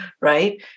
right